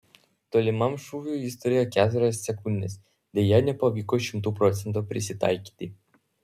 tolimam šūviui jis turėjo keturias sekundes deja nepavyko šimtu procentų prisitaikyti